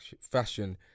fashion